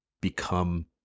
become –